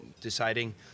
deciding